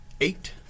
Eight